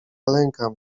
lękam